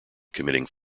committing